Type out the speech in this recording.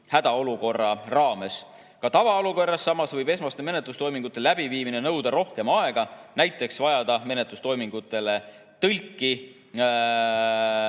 hädaolukorra raames. Ka tavaolukorras võib samas esmaste menetlustoimingute läbiviimine nõuda rohkem aega, näiteks võidakse vajada menetlustoimingute jaoks